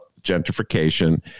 gentrification